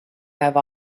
have